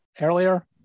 earlier